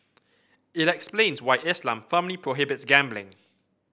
it explains why Islam firmly prohibits gambling